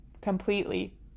completely